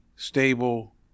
Stable